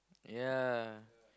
ya